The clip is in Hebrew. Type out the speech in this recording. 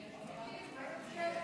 הצעת